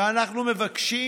ואנחנו מבקשים